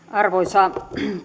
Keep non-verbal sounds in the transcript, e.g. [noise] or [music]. [unintelligible] arvoisa